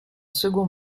second